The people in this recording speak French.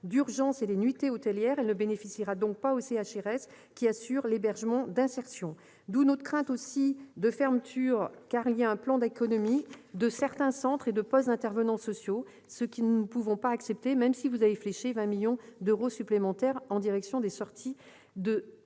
d'urgence et les nuitées hôtelières. Elle ne bénéficiera donc pas aux CHRS, qui assurent l'hébergement d'insertion. Nous craignons aussi la fermeture de certains centres et de postes d'intervenants sociaux, ce que nous ne pouvons accepter, même si vous avez fléché 20 millions d'euros supplémentaires en direction des sorties de